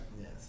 Yes